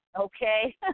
okay